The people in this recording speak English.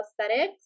Aesthetics